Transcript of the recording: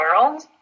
world